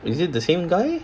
is it the same guy